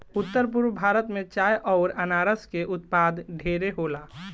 उत्तर पूरब भारत में चाय अउर अनारस के उत्पाद ढेरे होला